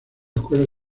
escuela